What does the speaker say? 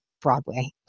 Broadway